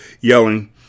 Yelling